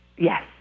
Yes